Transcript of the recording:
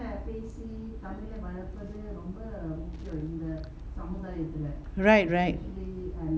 right right